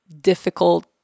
difficult